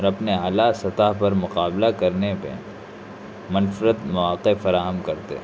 اور اپنے اعلیٰ سطح پر مقابلہ کرنے میں منفرد مواقع فراہم کرتے ہیں